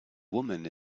woman